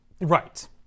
Right